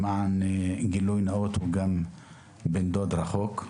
למען גילוי נאות, הוא גם בן דוד רחוק שלי.